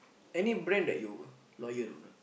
any brand that you loyal not